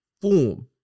form